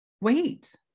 wait